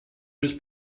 was